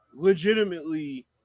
legitimately